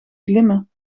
glimmen